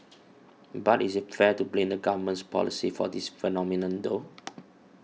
but is it fair to blame the government's policy for this phenomenon though